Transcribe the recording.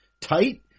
tight